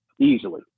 easily